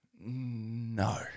No